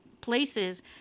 places